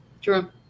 True